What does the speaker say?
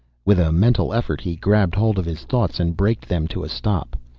with a mental effort he grabbed hold of his thoughts and braked them to a stop.